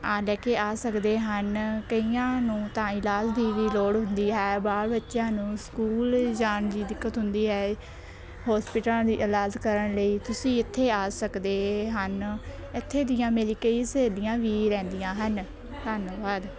ਆ ਲੈ ਕੇ ਸਕਦੇ ਹਨ ਕਈਆਂ ਨੂੰ ਤਾਂ ਇਲਾਜ਼ ਦੀ ਵੀ ਲੋੜ ਹੁੰਦੀ ਹੈ ਬਾਲ ਬੱਚਿਆਂ ਨੂੰ ਸਕੂਲ ਜਾਣ ਦੀ ਦਿੱਕਤ ਹੁੰਦੀ ਹੈ ਹੋਸਪੀਟਲਾਂ ਦੀ ਇਲਾਜ ਕਰਨ ਲਈ ਤੁਸੀਂ ਇੱਥੇ ਆ ਸਕਦੇ ਹਨ ਇੱਥੇ ਦੀਆਂ ਮੇਰੀ ਕਈ ਸਹੇਲੀਆਂ ਵੀ ਰਹਿੰਦੀਆਂ ਹਨ ਧੰਨਵਾਦ